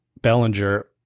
Bellinger